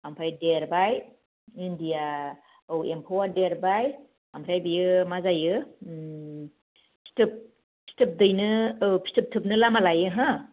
आमफ्राय देरबाय इन्दिया औ एमफौआ देरबाय आमफ्राय बियो मा जायो फिथोब फिथोब दैनो औ फिथोब दैनो लामा लायो हा